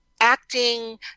acting